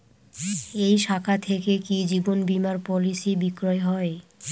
এই শাখা থেকে কি জীবন বীমার পলিসি বিক্রয় হয়?